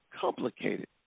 complicated